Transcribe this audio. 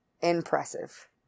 impressive